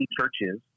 churches